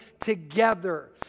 together